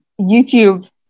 youtube